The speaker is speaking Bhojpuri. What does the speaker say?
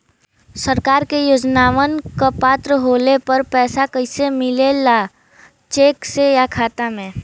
सरकार के योजनावन क पात्र होले पर पैसा कइसे मिले ला चेक से या खाता मे?